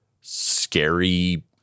scary